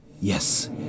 Yes